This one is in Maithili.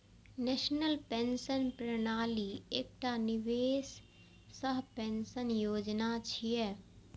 नेशनल पेंशन प्रणाली एकटा निवेश सह पेंशन योजना छियै